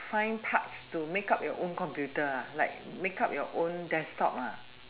find parts to make up your own computer ah like make up your own desktop ah